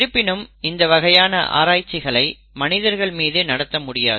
இருப்பினும் இந்த வகையான ஆராய்ச்சிகளை மனிதர்கள் மீது நடத்த முடியாது